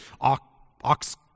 ox